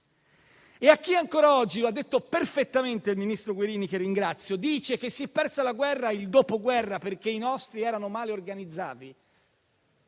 A chi ancora oggi - l'ha detto perfettamente il ministro Guerini, che ringrazio - dice che si sono persi la guerra e il dopoguerra perché i nostri erano male organizzati,